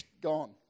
gone